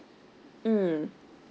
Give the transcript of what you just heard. mm